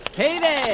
hey there.